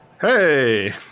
Hey